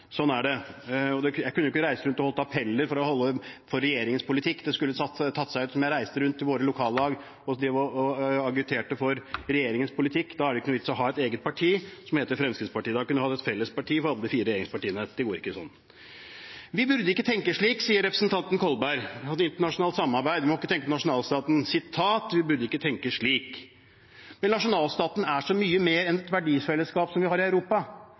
Sånn er det. Jeg kunne ikke reist rundt og holdt appeller for regjeringens politikk. Det skulle tatt seg ut om jeg reiste rundt til våre lokallag og agiterte for regjeringens politikk. Da hadde det ikke vært noen vits i å ha et eget parti som heter Fremskrittspartiet; da kunne vi hatt et felles parti med alle de fire regjeringspartiene. Det går ikke. Vi burde ikke tenke slik, sier representanten Kolberg om internasjonalt samarbeid. Vi må ikke tenke nasjonalstat. «Jeg mener at vi ikke burde tenke slik», sier Kolberg. Vel – nasjonalstaten er så mye mer enn det verdifelleskapet vi har i Europa. Ja, Norge har et verdifellesskap som vi har